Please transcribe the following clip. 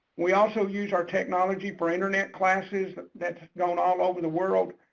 we also use our technology for internet classes that's known all over the world,